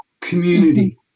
Community